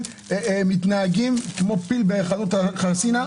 הם מתנהגים כמו פיל בחנות חרסינה,